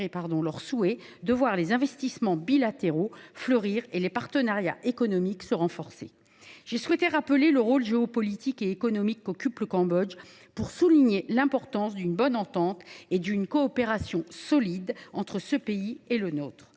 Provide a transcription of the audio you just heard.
leur souhait de voir les investissements bilatéraux fleurir et les partenariats économiques se renforcer. J’ai souhaité rappeler le rôle géopolitique et économique qu’occupe le Cambodge pour souligner l’importance d’une bonne entente et d’une coopération solide entre ce pays et le nôtre.